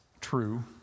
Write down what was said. true